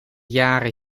jaren